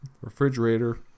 refrigerator